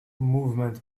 movement